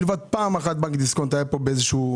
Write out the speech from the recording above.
מלבד פעם אחת בנק דיסקונט היה פה באיזה שהוא,